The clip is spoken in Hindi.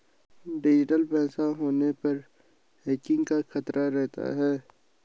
डिजिटल पैसा होने पर हैकिंग का खतरा रहता है